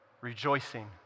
rejoicing